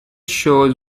shown